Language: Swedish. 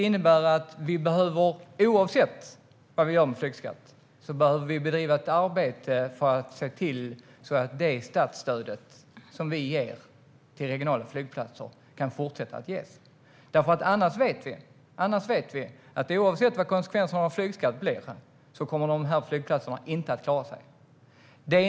Oavsett hur vi gör med flygskatten behöver man bedriva ett arbete för att se till att statsstödet till regionala flygplatser kan fortsätta att betalas ut. Vi vet att oavsett vad konsekvenserna av en flygskatt blir kommer dessa flygplatser inte att klara sig.